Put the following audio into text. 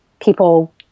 people